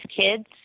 kids